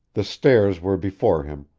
the stairs were before him,